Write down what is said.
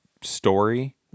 story